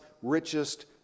richest